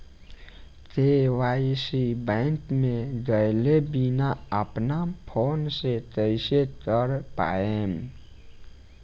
KYC bank मे गएले बिना अपना फोन से कइसे कर पाएम?